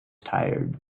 tired